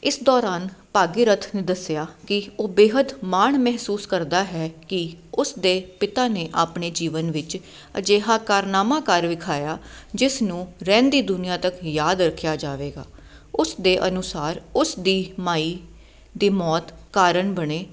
ਇਸ ਦੌਰਾਨ ਭਾਗੀਰਥ ਨੇ ਦੱਸਿਆ ਕਿ ਉਹ ਬੇਹੱਦ ਮਾਣ ਮਹਿਸੂਸ ਕਰਦਾ ਹੈ ਕਿ ਉਸ ਦੇ ਪਿਤਾ ਨੇ ਆਪਣੇ ਜੀਵਨ ਵਿੱਚ ਅਜਿਹਾ ਕਾਰਨਾਮਾ ਕਰ ਵਿਖਾਇਆ ਜਿਸ ਨੂੰ ਰਹਿੰਦੀ ਦੁਨੀਆਂ ਤੱਕ ਯਾਦ ਰੱਖਿਆ ਜਾਵੇਗਾ ਉਸ ਦੇ ਅਨੁਸਾਰ ਉਸ ਦੀ ਮਾਈ ਦੀ ਮੌਤ ਕਾਰਨ ਬਣੇ